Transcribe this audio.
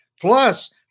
Plus